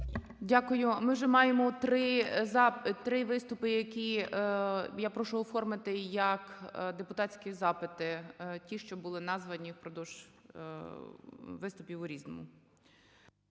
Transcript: Дякую. Ми вже маємо три виступи, які я прошу оформити як депутатські запити, ті, що були названі впродовж виступів у "Різному".